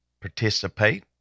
participate